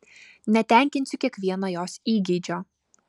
netenkinsiu kiekvieno jos įgeidžio